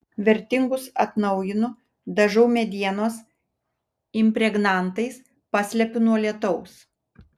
vertingus atnaujinu dažau medienos impregnantais paslepiu nuo lietaus